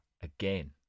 again